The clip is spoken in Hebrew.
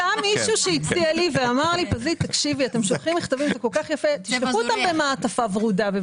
היה מישהו שהציע לי ואמר לי שנשלח את המכתבים במעטפה ורודה.